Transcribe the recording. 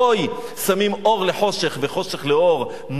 הוי שמים אור לחושך וחושך לאור,